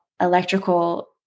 electrical